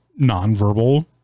nonverbal